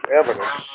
evidence